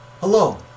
Hello